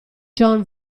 john